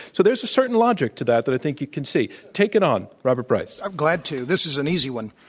so there's a certain logic to that, that i think you can see. sure. take it on, robert bryce. i'm glad to, this is an easy one.